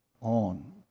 on